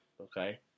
okay